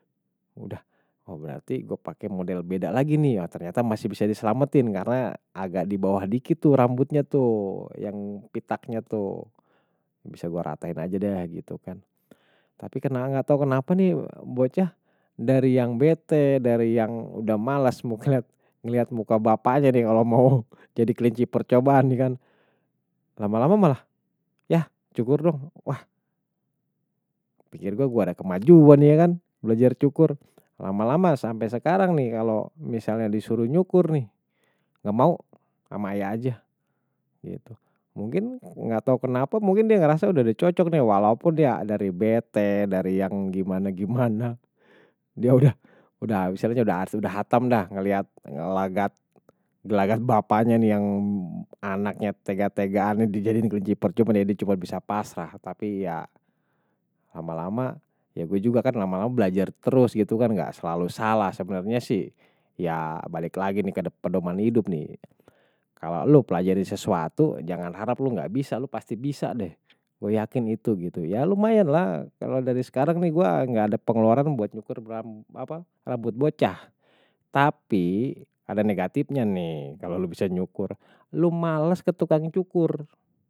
Udah, oh berarti gue pake model beda lagi nih, ternyata masih bisa diselamatin karena agak di bawah dikit tuh rambutnya tuh yang pitaknya tuh bisa gue ratain aja deh gitu kan tapi kenal gak tau kenapa nih bocah dari yang bete, dari yang udah malas mungkin ngeliat muka bapaknya nih kalau mau jadi kelinci percobaan kan lama-lama malah, yah cukur dong, wah, pikir gue ada kemajuan ya kan, belajar cukur, lama-lama sampe sekarang nih kalau misalnya disuruh nyukur nih, gak mau, sama ayah aja mungkin gak tau kenapa, mungkin dia ngerasa udah cocok nih walaupun dia dari bete, dari yang gimana-gimana dia udah, udah, misalnya udah hatam dah ngeliat, ngelagat, ngelagat bapaknya nih yang anaknya tega-tegaan nih dijadiin kelinci percobaan, dia cuma bisa pasrah, tapi ya lama-lama, ya gue juga kan lama-lama belajar terus gitu kan, gak selalu salah sebenernya sih, ya balik lagi nih ke pedoman hidup nih kalau lu pelajari sesuatu jangan harap lu gak bisa, lu pasti bisa deh, gue yakin itu, ya lumayan lah, kalau dari sekarang nih gue gak ada pengeluaran buat nyukur apa rambut rambut bocah tapi ada negatifnya nih, kalau lu bisa nyukur, lu males ketukang cukur.